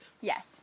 Yes